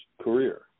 career